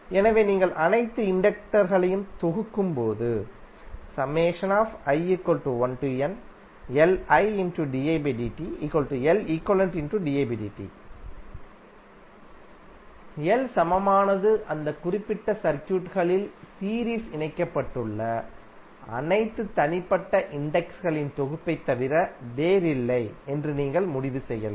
எனவே நீங்கள் அனைத்து இண்டக்டர் களையும் தொகுக்கும்போது L சமமானது அந்த குறிப்பிட்ட சர்க்யூட் களில் சீரீஸில் இணைக்கப்பட்டுள்ள அனைத்து தனிப்பட்ட இண்டக்டன்ஸ் களின் தொகுப்பைத் தவிர வேறில்லை என்று நீங்கள் முடிவு செய்யலாம்